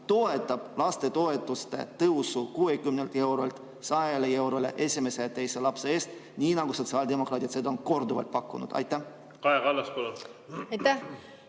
toetate lastetoetuste tõusu 60 eurolt 100 eurole esimese ja teise lapse eest, nii nagu sotsiaaldemokraadid on korduvalt pakkunud? Kaja